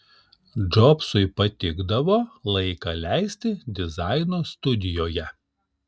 džobsui patikdavo laiką leisti dizaino studijoje